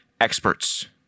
experts